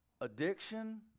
Addiction